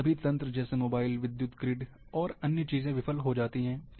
वे सभी तंत्र जैसे मोबाइल विद्युत ग्रिड और अन्य चीजें विफल हो जाती हैं